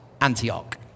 Antioch